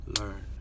learn